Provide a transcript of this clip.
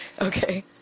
Okay